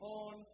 on